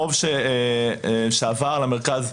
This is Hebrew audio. חוב שעבר למרכז,